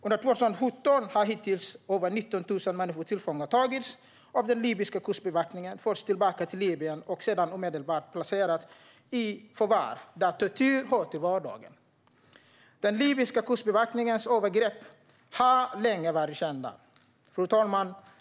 Under 2017 har hittills över 19 000 människor tillfångatagits av den libyska kustbevakningen, förts tillbaka till Libyen och sedan omedelbart placerats i förvar där tortyr hör till vardagen. Den libyska kustbevakningens övergrepp har länge varit kända. Fru talman!